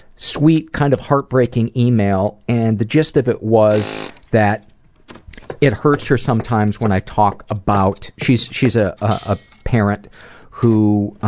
sweet kind of heart-breaking email, and the gist of it was that it hurts her sometimes when i talk about. she's a ah ah parent who